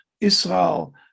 Israel